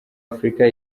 afurika